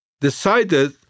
decided